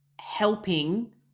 helping